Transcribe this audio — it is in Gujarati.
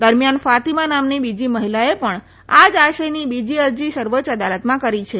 દરમિયાન ફાતીમા નામની બીજી મહિલાએ પણ આજ આશયની બીજી અરજી સર્વોચ્ય અદાલતમાં કરી છે